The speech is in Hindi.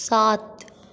सात